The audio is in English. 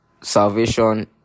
salvation